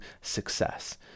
success